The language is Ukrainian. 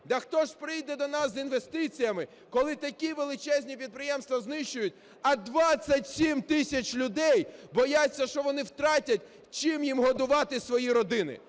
Да хто ж прийде до нас з інвестиціями, коли такі величезні підприємства знищують, а 27 тисяч людей бояться, що вони втратять, чим їм годувати свої родини.